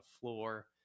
floor